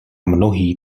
mnohý